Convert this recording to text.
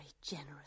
generous